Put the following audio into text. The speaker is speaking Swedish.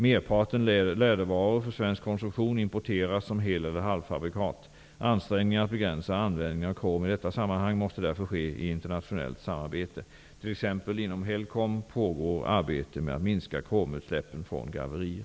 Merparten lädervaror för svensk konsumtion importeras som hel eller halvfabrikat. Ansträngningar att begränsa användningen av krom i detta sammanhang måste därför ske i internationellt samarbete. T.ex. inom Helcom pågår arbete med att minska kromutsläppen från garverier.